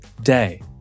day